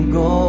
go